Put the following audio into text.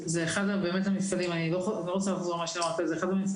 זה אחד מהמפעלים המדהימים,